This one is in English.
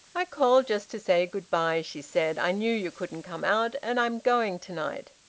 i called just to say good-bye, she said. i knew you couldn't come out, and i'm going to-night.